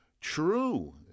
True